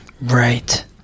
Right